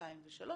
2 ו-3,